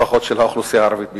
לפחות של האוכלוסייה הערבית בישראל.